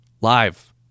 live